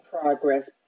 progress